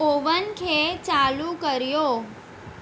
oven खे चालू करियो